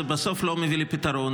זה בסוף לא מביא לפתרון.